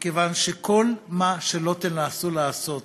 מכיוון שכל מה שתנסו לעשות